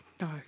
no